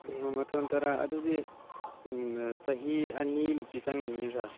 ꯑꯣ ꯃꯊꯣꯟ ꯇꯔꯥ ꯑꯗꯨꯗꯤ ꯎꯝ ꯆꯍꯤ ꯑꯅꯤꯃꯨꯛꯇꯤ ꯆꯪꯒꯅꯤꯌꯦ ꯁꯥꯔ